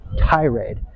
tirade